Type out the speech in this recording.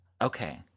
Okay